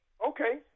Okay